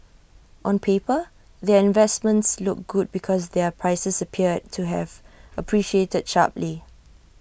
on paper their investments look good because their prices appeared to have appreciated sharply